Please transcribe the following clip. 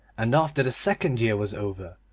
and after the second year was over,